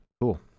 Cool